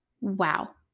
Wow